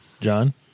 John